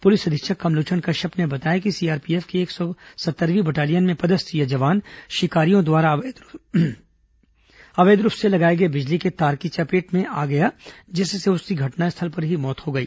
police अधीक्षक कमलोचन कश्यप ने बताया कि सीआरपीएफ की एक सौ सत्तरवीं बटालियन में पदस्थ यह जवान शिकारियों द्वारा अवैध रूप से लगाए गए बिजली के तार की चपेट में आ गया जिससे उसकी घटनास्थल पर ही मौत हो गई